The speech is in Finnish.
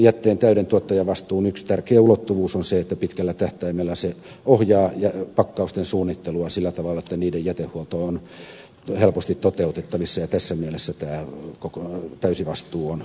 pakkausjätteen täyden tuottajavastuun yksi tärkeä ulottuvuus on se että pitkällä tähtäimellä se ohjaa pakkausten suunnittelua sillä tavalla että niiden jätehuolto on helposti toteutettavissa ja tässä mielessä tämä täysi vastuu on hyvin perusteltu